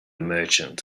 merchant